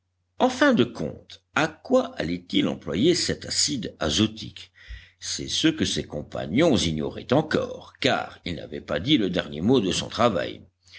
en fin de compte à quoi allait-il employer cet acide azotique c'est ce que ses compagnons ignoraient encore car il n'avait pas dit le dernier mot de son travail